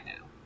now